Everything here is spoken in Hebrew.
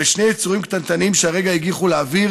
ושני יצורים קטנטנים שהרגע הגיחו לאוויר